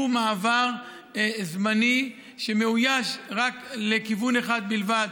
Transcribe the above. הוא מעבר זמני שמאויש לכיוון אחד בלבד.